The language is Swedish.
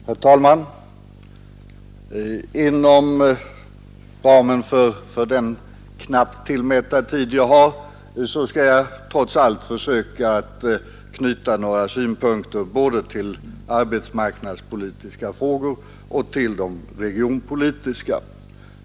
Herr talman! Inom ramen för den knappt tillmätta tid jag har skall jag trots allt försöka att anknyta några synpunkter både till arbetsmarknadspolitiska frågor och till de regionalpolitiska.